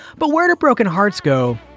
but where do broken hearts go?